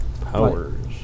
Powers